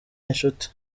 inshuti